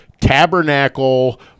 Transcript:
tabernacle